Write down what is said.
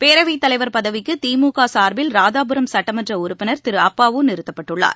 பேரவைத் தலைவர் பதவிக்கு திமுக சார்பில் ராதாபுரம் சுட்டமன்ற உறுப்பினர் திரு அப்பாவு நிறுத்தப்பட்டுள்ளார்